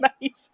amazing